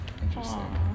Interesting